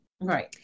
right